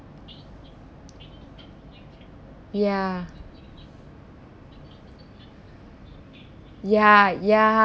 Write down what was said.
ya ya ya